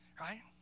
right